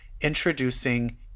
introducing